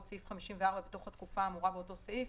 סעיף 54 בתוך התקופה האמורה באותו סעיף,